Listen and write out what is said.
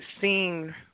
seen